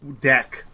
deck